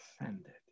offended